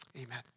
Amen